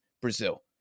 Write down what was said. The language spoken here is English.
Brazil